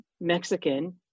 mexican